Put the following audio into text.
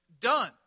Done